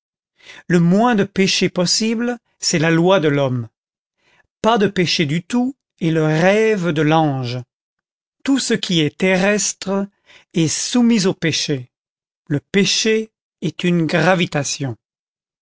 le moins de péché possible c'est la loi de l'homme pas de péché du tout est le rêve de l'ange tout ce qui est terrestre est soumis au péché le péché est une gravitation